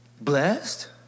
Blessed